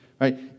Right